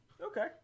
Okay